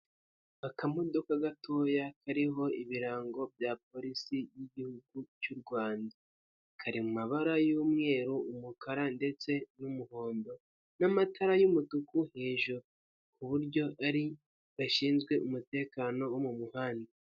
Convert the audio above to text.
Akamodoka gatoya kariho ibirango bya polisi y'igihugu cy'u Rwanda, kari mu mabara y'umweru, umukara ndetse n'umuhondo n'amatara y'umutuku hejuru, ku buryo ari agashinzwe umutekano wo mu muhanda.